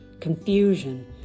confusion